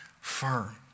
firm